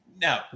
No